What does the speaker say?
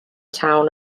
towns